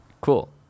Cool